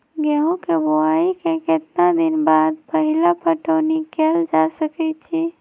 गेंहू के बोआई के केतना दिन बाद पहिला पटौनी कैल जा सकैछि?